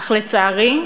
אך לצערי,